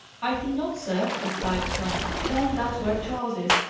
i think not, sir, replied tom. then, that's where charles is,